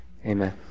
Amen